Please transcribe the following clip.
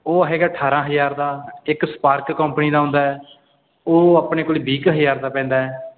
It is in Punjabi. ਉਹ ਹੈਗਾ ਅਠਾਰਾਂ ਹਜ਼ਾਰ ਦਾ ਇੱਕ ਸਪਾਰਕ ਕੰਪਨੀ ਦਾ ਆਉਂਦਾ ਉਹ ਆਪਣੇ ਕੋਲ ਵੀਹ ਕੁ ਹਜ਼ਾਰ ਦਾ ਪੈਂਦਾ ਹੈ